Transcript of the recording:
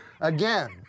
Again